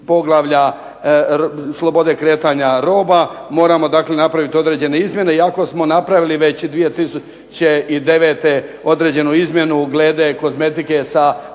poglavlja slobode kretanja roba, moramo dakle napraviti određene izmjene iako smo napravili već 2009. određenu izmjenu glede kozmetike sa